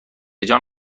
جان